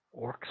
orcs